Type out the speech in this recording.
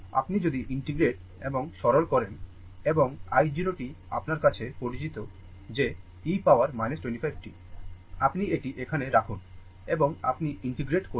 আপনি যদি ইন্টিগ্রেট এবং সরল করেন এবং i 0 t আপনার কাছে পরিচিত যে e পাওয়ার 25 t আপনি এটি এখানে রাখুন এবং আপনি ইন্টিগ্রেট করুন